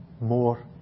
more